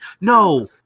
No